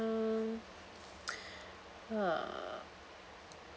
uh uh